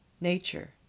Nature